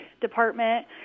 department